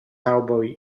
cowboy